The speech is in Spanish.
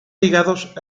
ligados